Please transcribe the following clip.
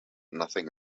nothing